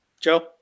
Joe